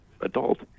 adult